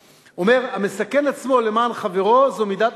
אומר: "המסכן עצמו למען חברו זו מידת